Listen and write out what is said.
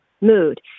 mood